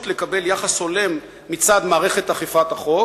לקבל יחס הולם מצד מערכת אכיפת החוק,